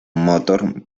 motor